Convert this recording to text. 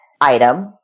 item